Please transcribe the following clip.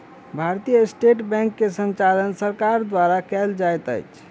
भारतीय State Bank के संचालन सरकार द्वारा कयल जाइत अछि